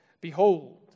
Behold